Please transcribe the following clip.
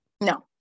no